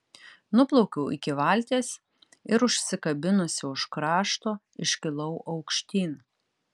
nuplaukiau iki valties ir užsikabinusi už krašto iškilau aukštyn